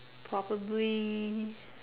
probably